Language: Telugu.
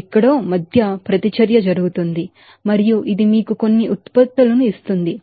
ఎక్కడో మధ్య ప్రతిచర్య జరుగుతోంది మరియు ఇది మీకు కొన్ని ఉత్పత్తులను ఇస్తుంది